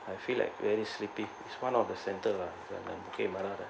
I feel like very sleepy is one of the centre ah at Bukit Merah ah